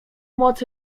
moc